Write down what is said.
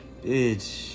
Bitch